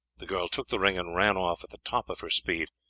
the girl took the ring and ran off at the top of her speed.